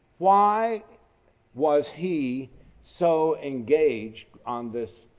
why was he so engaged on this